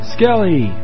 Skelly